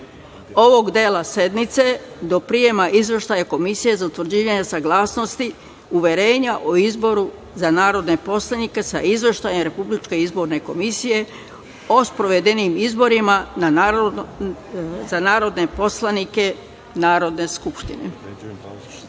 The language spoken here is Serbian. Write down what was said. ovog dela sednice, do prijema izveštaja Komisije za utvrđivanje saglasnosti uverenja o izboru za narodnog poslanika sa Izveštajem Republičke izborne komisije o sprovedenim izborima za narodne poslanike Narodne skupštine. Sa